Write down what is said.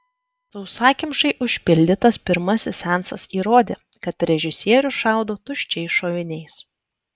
sausakimšai užpildytas pirmasis seansas įrodė kad režisierius šaudo tuščiais šoviniais